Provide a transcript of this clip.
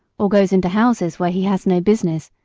or goes into houses where he has no business,